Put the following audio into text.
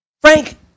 Frank